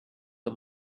the